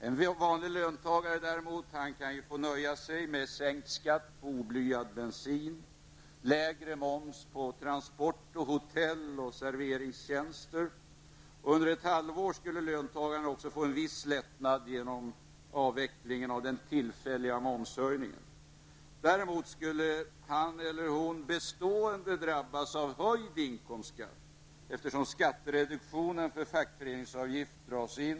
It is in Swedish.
En vanlig löntagare däremot kan få nöja sig med sänkt skatt på oblyad bensin, lägre moms på transport-, hotell och serveringstjänster. Under ett halvår skulle löntagarna också få en viss lättnad genom avvecklingen av den tillfälliga momshöjningen. Däremot skulle han eller hon bestående drabbas av höjd inkomstskatt, eftersom skattereduktionen för fackföreningsavgiften dras in.